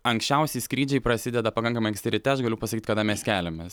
anksčiausiai skrydžiai prasideda pakankamai anksti ryte aš galiu pasakyt kada mes keliamės